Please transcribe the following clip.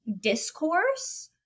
discourse